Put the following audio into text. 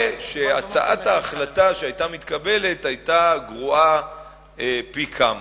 שהצעת ההחלטה שהיתה מתקבלת היתה גרועה פי כמה.